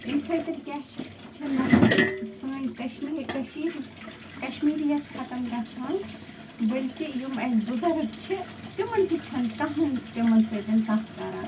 اَمہِ سۭتۍ کیٛاہ چھِ سٲنۍ کشمیٖر کٔشیٖرِ کشمیٖرِیت ختم گَژھان بٔلکہِ یِم اَسہِ بُزرٕگ چھِ تِمن تہِ چھَنہٕ کَہَے تِمن سۭتۍ کتھ کَران